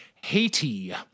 Haiti